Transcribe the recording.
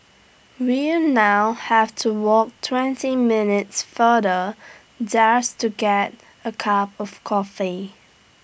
we now have to walk twenty minutes farther just to get A cup of coffee